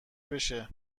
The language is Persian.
بشه